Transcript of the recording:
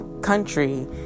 country